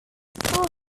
four